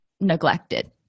neglected